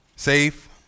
Safe